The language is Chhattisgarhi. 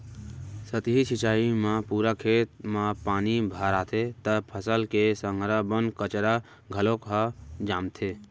सतही सिंचई म पूरा खेत म पानी भराथे त फसल के संघरा बन कचरा घलोक ह जामथे